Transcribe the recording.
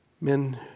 Men